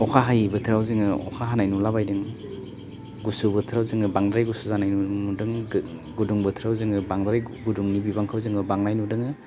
अखा हायै बोथोराव जोङो अखा हानाय नुलाबायदों गुसु बोथोराव जोङो बांद्राय गुसु जानाय नुनो मोनदों गुदुं बोथोराव जोङो बांद्राय गुदुंनि बिबांखौ जोङो बांनाय नुदोङो